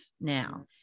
now